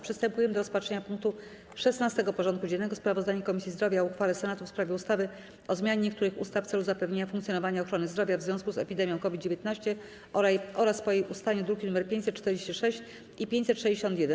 Przystępujemy do rozpatrzenia punktu 16. porządku dziennego: Sprawozdanie Komisji Zdrowia o uchwale Senatu w sprawie ustawy o zmianie niektórych ustaw w celu zapewnienia funkcjonowania ochrony zdrowia w związku z epidemią COVID-19 oraz po jej ustaniu (druki nr 546 i 561)